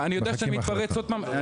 אני יודע שאני מתפרץ עוד פעם.